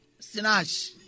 Sinash